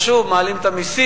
אז שוב מעלים את המסים,